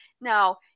now